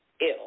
ill